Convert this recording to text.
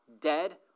dead